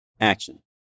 action